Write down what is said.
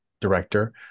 director